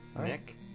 Nick